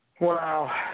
Wow